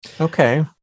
Okay